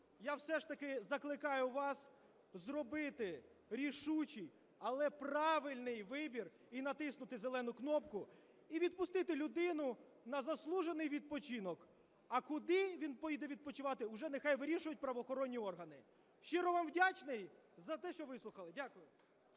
я все ж таки закликаю вас зробити рішучий, але правильний вибір і натиснути зелену кнопку, і відпустити людину на заслужений відпочинок. А куди він поїде відпочивати – уже нехай вирішують правоохоронні органи. Щиро вам вдячний за те, що вислухали. Дякую.